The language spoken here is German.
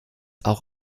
auch